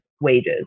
wages